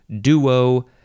duo